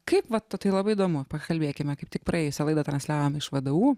kaip va ta tai labai įdomu pakalbėkime kaip tik praėjusią laidą transliavom iš vdu